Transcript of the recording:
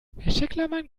wäscheklammern